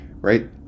right